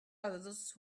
others